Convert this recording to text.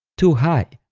too high,